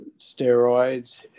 steroids